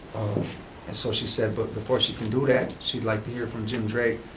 and so she said, but before she can do that, she'd like to hear from jim drake.